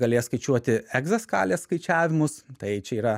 galės skaičiuoti egza skalės skaičiavimus tai čia yra